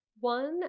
One